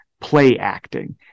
play-acting